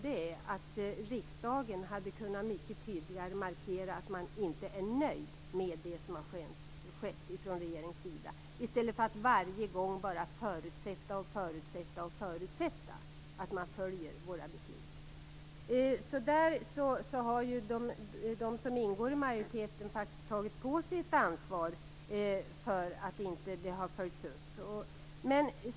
Det är att riksdagen mycket tydligare kunde ha markerat att man inte är nöjd med det som har skett från regeringens sida, i stället för att varje gång bara förutsätta och förutsätta att man följer våra beslut. Där har de som ingår i majoriteten faktiskt tagit på sig ett ansvar för att detta inte har följts upp.